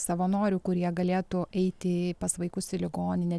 savanorių kurie galėtų eiti pas vaikus į ligoninę